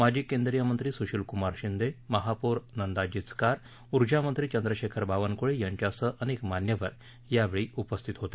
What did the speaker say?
माजी केंद्रीय मंत्री सुशिलकुमार शिंदे महापौर नंदा जीचकार ऊर्जामंत्री चंद्रशेखर बावनकुळे यांच्यासह अनेक मान्यवर यावेळी उपस्थित होते